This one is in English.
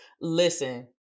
Listen